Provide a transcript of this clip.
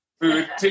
food